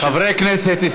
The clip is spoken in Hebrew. חברי הכנסת,